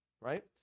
Right